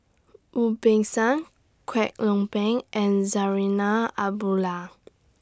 Wu Peng Seng Kwek Leng Beng and Zarinah Abdullah